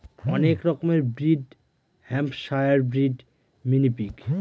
অনেক রকমের breed Hampshire breed, mini pig